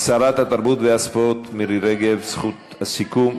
שרת התרבות והספורט מירי רגב, זכות הסיכום.